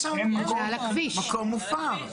יש שם כבר מקום מופר.